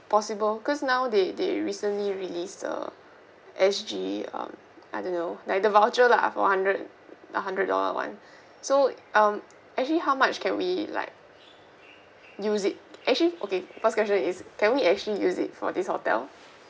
possible cause now they they recently released the S_G um I don't know like the voucher lah four hundred the hundred dollar [one] so um actually how much can we like use it actually okay first question is can we actually use it for this hotel